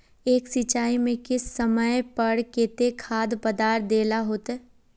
एक सिंचाई में किस समय पर केते खाद पदार्थ दे ला होते?